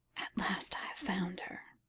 last i have found her.